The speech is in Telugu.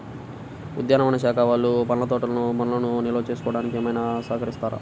ఉద్యానవన శాఖ వాళ్ళు పండ్ల తోటలు పండ్లను నిల్వ చేసుకోవడానికి ఏమైనా సహకరిస్తారా?